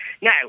Now